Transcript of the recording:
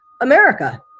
America